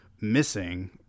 missing